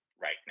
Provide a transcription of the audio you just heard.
right